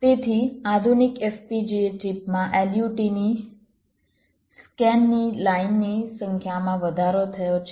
તેથી આધુનિક FPGA ચિપમાં LUT ની સ્કેન ની લાઇનની સંખ્યામાં વધારો થયો છે